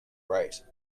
rate